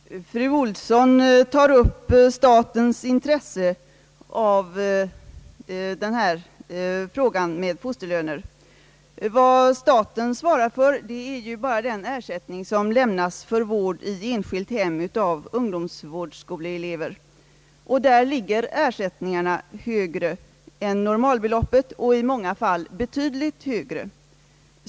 Herr talman! Fru Ohlsson tog upp statens insats i fråga om fosterlönen. Vad staten svarar för är bara den ersättning som lämnas för vård i enskilt hem av ungdomsvårdsskoleelever, och dessa ersättningar är högre än normalbeloppet, i många fall betydligt högre.